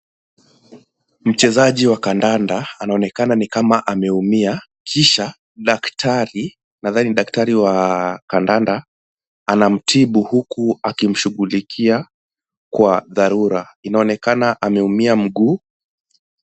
Mchezaji wa kandanda anaonekana ni kama ameumia kisha daktari, nadhani ni daktari wa kandanda, anamtibu huku akimshughulikia kwa dharura. Inaonekana ameumia mguu.